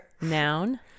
Noun